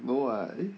no [what]